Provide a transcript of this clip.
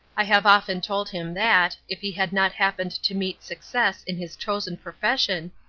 i have often told him that, if he had not happened to meet success in his chosen profession,